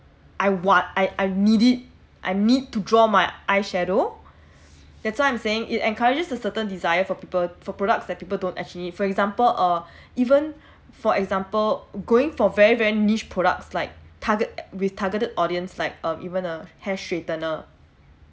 I want I I need it I need to draw my eye shadow that's why I'm saying it encourages a certain desire for people for products that people don't actually for example uh even for example going for very very niche products like target with targeted audience like um even a hair straightener